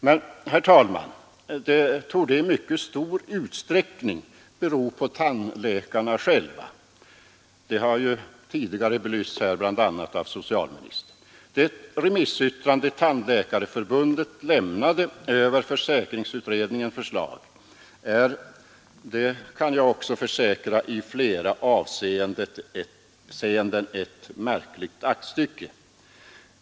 Ja, herr talman, det torde i mycket stor utsträckning bero på tandläkarna själva. Detta har tidigare belysts här, bl.a. av socialministern. Det remissyttrande som Tandläkarförbundet lämnade över försäkringsutredningens förslag är — det kan jag försäkra — i flera avseenden ett märkligt aktstycke.